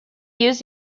use